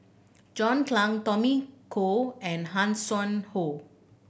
John Clang Tommy Koh and Hanson Ho